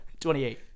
28